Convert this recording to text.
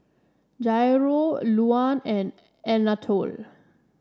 Jairo Luann and Anatole